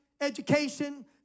education